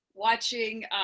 watching